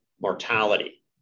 mortality